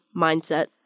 mindset